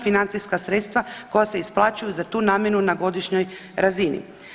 financijska sredstva koja se isplaćuju za tu namjenu na godišnjoj razini.